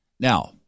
Now